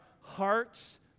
hearts